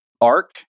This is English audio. arc